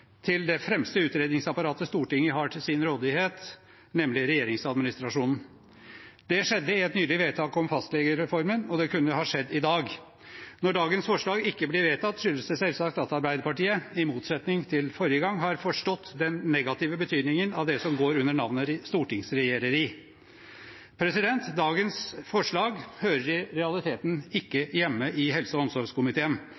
til det fremste utredningsapparatet Stortinget har til sin rådighet, nemlig regjeringsadministrasjonen. Det skjedde i et nylig vedtak om fastlegereformen, og det kunne ha skjedd i dag. Når dagens forslag ikke blir vedtatt, skyldes det selvsagt at Arbeiderpartiet, i motsetning til forrige gang, har forstått den negative betydningen av det som går under navnet «stortingsregjereri». Dagens forslag hører i realiteten